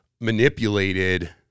manipulated